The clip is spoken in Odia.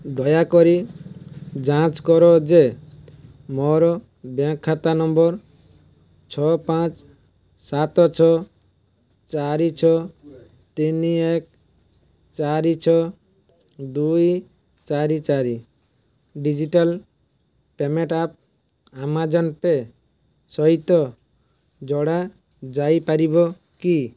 ଦୟାକରି ଯାଞ୍ଚ୍ କର ଯେ ମୋର ବ୍ୟାଙ୍କ୍ ଖାତା ନମ୍ବର୍ ଛଅ ପାଞ୍ଚ ସାତ ଛଅ ଚାରି ଛଅ ତିନି ଏକ ଚାରି ଛଅ ଦୁଇ ଚାରି ଚାରି digital payment app Amazon pay ସହିତ ଯୋଡ଼ା ଯାଇପାରିବ କି